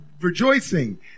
rejoicing